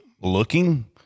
looking